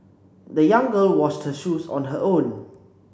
the young girl washed her shoes on her own